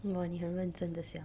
哇你很认真地想